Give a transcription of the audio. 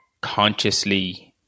consciously